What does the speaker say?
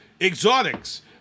exotics